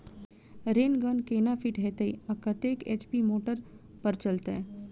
Rain gun केना fit हेतइ आ कतेक एच.पी मोटर पर चलतै?